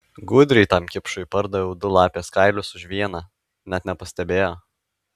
gudriai tam kipšui pardaviau du lapės kailius už vieną net nepastebėjo